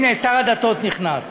הנה שר הדתות נכנס,